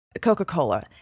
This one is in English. Coca-Cola